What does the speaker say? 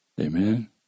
Amen